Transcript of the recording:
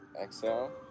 Exhale